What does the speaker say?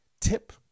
tip